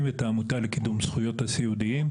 ואת העמותה לקידום זכויות הסיעודיים.